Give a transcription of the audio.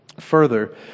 further